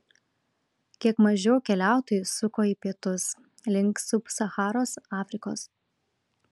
kiek mažiau keliautojų suko į pietus link sub sacharos afrikos